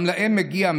גם להם מגיע,